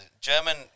German